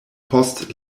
post